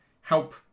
help